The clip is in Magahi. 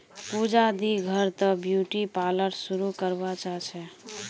पूजा दी घर त ब्यूटी पार्लर शुरू करवा चाह छ